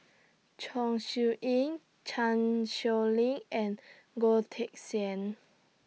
Chong Siew Ying Chan Sow Lin and Goh Teck Sian